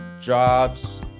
jobs